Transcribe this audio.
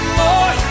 more